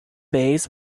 bays